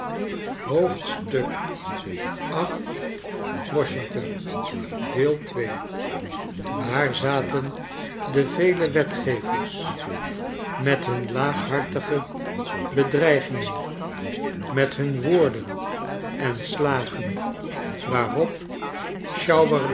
waar zaten de vele wetgevers met hun laaghartige bedreigingen met hun woorden en slagen waarop